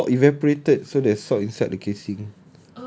the sock evaporated so the sock inside the casing